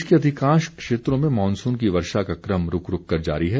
प्रदेश के अधिकांश क्षेत्रों में मॉनसून की वर्षा का क्रम रूक रूक कर जारी है